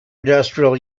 industrial